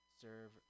serve